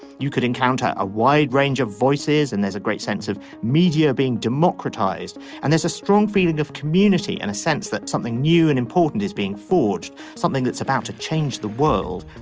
you could encounter a wide range of voices and there's a great sense of media being democratized and there's a strong feeling of community and a sense that something new and important is being forged something that's about to change the world.